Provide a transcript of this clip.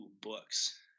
books